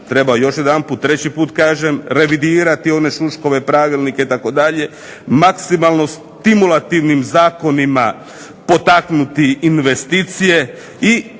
Treba još jedanput treći put kažem revidirati one Šuškove pravilnike itd. Maksimalno stimulativnim zakonima potaknuti investicije i